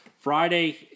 friday